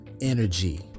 energy